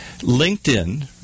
LinkedIn